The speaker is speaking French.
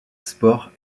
sport